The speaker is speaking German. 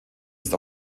ist